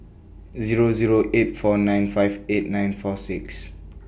Zero Zero eight four nine five eight nine four six